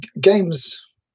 games